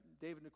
David